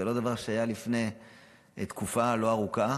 זה לא דבר שהיה לפני תקופה לא ארוכה.